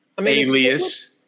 alias